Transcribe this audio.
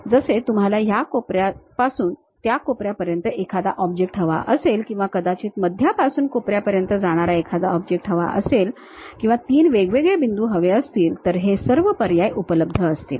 जसे तुम्हाला ह्या कोपऱ्यापासून त्या कोपऱ्यापर्यंत एखादा ऑब्जेक्ट हवा असेल किंवा कदाचित मध्यापासून कोपऱ्यापर्यंत जाणारा एखादा ऑब्जेक्ट हवा असेल किंवा 3 वेगवेगळे बिंदू हवे असतील तर हे सर्व पर्याय उपलब्ध असतील